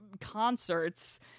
concerts